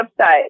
website